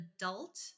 adult